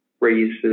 raises